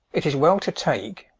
it is well to take,